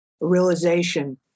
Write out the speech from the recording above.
realization